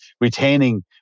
retaining